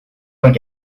vingt